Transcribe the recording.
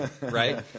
right